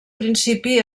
principi